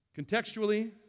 Contextually